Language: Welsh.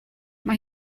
mae